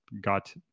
got